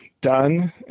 done